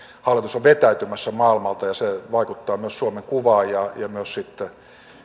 hallitus on vetäytymässä maailmalta ja se vaikuttaa myös suomen kuvaan myös sitten